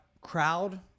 crowd